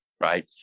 right